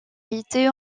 été